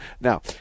Now